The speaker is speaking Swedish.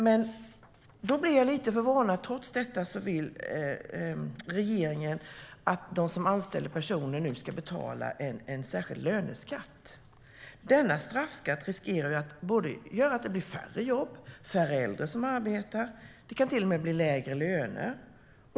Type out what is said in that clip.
Men jag blir lite förvånad, för trots detta vill regeringen att de som anställer personer ska betala en särskild löneskatt. Denna straffskatt riskerar att göra att det blir färre jobb och färre äldre som arbetar, och det kan till och med bli lägre löner.